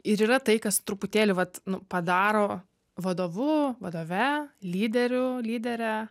ir yra tai kas truputėlį vat nu padaro vadovu vadove lyderiu lydere